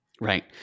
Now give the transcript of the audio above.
right